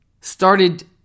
started